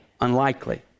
unlikely